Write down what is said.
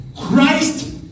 Christ